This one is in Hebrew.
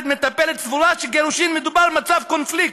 מטפלת סבורה שבגירושין מדובר מצב קונפליקט,